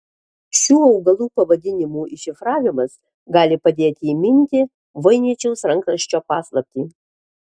šių augalų pavadinimų iššifravimas gali padėti įminti voiničiaus rankraščio paslaptį